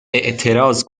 اعتراض